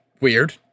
weird